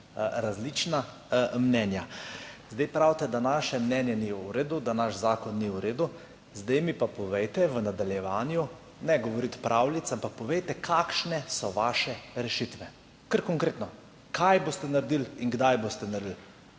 različna mnenja. Pravite, da naše mnenje ni v redu, da naš zakon ni v redu. Zdaj mi pa povejte v nadaljevanju, ne govoriti pravljic, ampak povejte, kakšne so vaše rešitve, kar konkretno, kaj boste naredili in kdaj boste naredili.